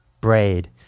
braid